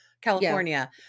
California